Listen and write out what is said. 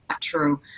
true